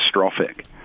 catastrophic